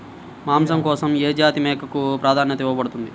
మాంసం కోసం ఏ జాతి మేకకు ప్రాధాన్యత ఇవ్వబడుతుంది?